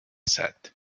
said